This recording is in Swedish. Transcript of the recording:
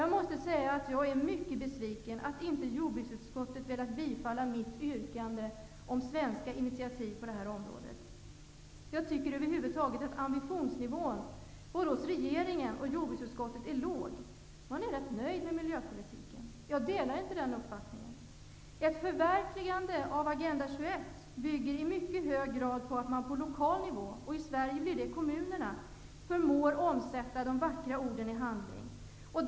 Jag måste säga att jag är mycket besviken över att jordbruksutskottet inte velat tillstyrka mitt yrkande om svenska initiativ på det här området. Över huvud taget tycker jag att både regeringens och jordbruksutskottets ambitionsnivå är låg. Man är rätt nöjd med miljöpolitiken. Jag delar inte deras uppfattning. Ett förverkligande av Agenda 21 bygger i mycket hög grad på att man på lokal nivå, i Sverige blir det då kommunerna, förmår att omsätta de vackra orden i handling.